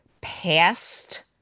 past